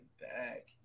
back